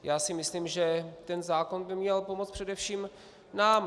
Já si myslím, že ten zákon by měl pomoci především nám.